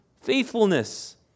faithfulness